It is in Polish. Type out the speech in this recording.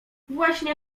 właśnie